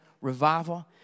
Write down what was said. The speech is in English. revival